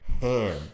ham